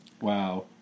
Wow